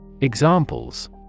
Examples